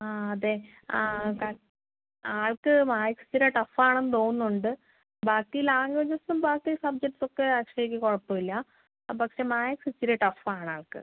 ആ അതെ ആൾക്ക് മാത്സ ഇച്ചിര ടഫ് ആണെന്ന് തോന്നുന്നുണ്ട് ബാക്കി ലാംഗ്വേജസും ബാക്കി സബ്ജക്റ്റ്സ് ഒക്കെ അക്ഷയ്ക്ക് കുഴപ്പമില്ല ആ പക്ഷെ മാത്സ് ഇച്ചിരി ടഫ് ആണ് ആൾക്ക്